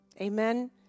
Amen